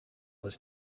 was